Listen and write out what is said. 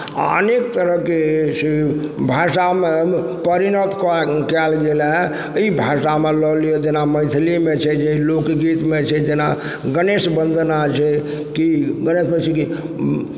अनेक तरहके अछि भाषामे परिणत कऽ कयल गेल हइ तऽ ई भाषामे लए लिअ जेना मैथिलीमे छै जे लोकगीतमे छै जेना गणेश वन्दना छै कि गणेशमे छै कि